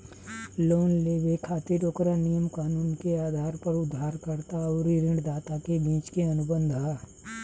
loan लेबे खातिर ओकरा नियम कानून के आधार पर उधारकर्ता अउरी ऋणदाता के बीच के अनुबंध ह